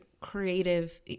creative